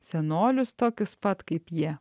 senolius tokius pat kaip jie